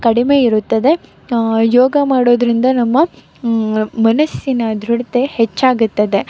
ಕಡಿಮೆ ಇರುತ್ತದೆ ಯೋಗ ಮಾಡೋದರಿಂದ ನಮ್ಮ ಮನಸ್ಸಿನ ದೃಢತೆ ಹೆಚ್ಚಾಗುತ್ತದೆ